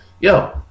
yo